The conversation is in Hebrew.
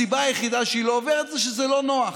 הסיבה היחידה שהיא לא עוברת היא שזה לא נוח.